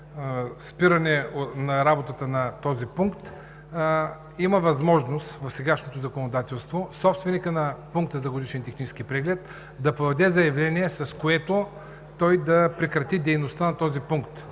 спиране на работата на този пункт, има възможност в сегашното законодателство собственикът на пункта за годишен технически преглед да подаде заявление, с което да прекрати дейността на този пункт